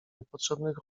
niepotrzebnych